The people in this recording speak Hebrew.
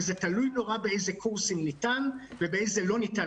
וזה תלוי מאוד באיזה קורסים ניתן ובאיזה לא ניתן